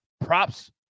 Props